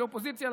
כאופוזיציה,